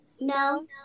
No